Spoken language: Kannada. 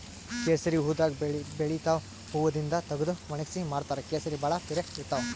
ಕೇಸರಿ ಹೂವಾದಾಗ್ ಬೆಳಿತಾವ್ ಹೂವಾದಿಂದ್ ತಗದು ವಣಗ್ಸಿ ಮಾರ್ತಾರ್ ಕೇಸರಿ ಭಾಳ್ ಪಿರೆ ಇರ್ತವ್